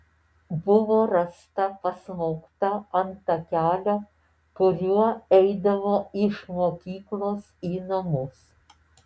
buvo rasta pasmaugta ant takelio kuriuo eidavo iš mokyklos į namus